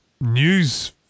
news